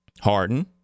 Harden